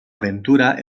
aventura